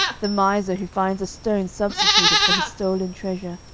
the miser who finds a stone substituted for his stolen treasure,